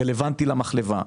שתהיה רלוונטית למחלבה.